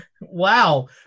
Wow